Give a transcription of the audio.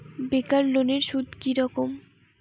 বেকার লোনের সুদ কি রকম?